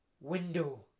window